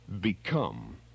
become